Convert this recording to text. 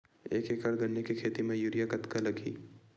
एक एकड़ गन्ने के खेती म यूरिया कतका लगही?